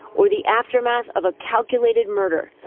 or the aftermath of a calculated murder.